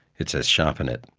it says sharpen it,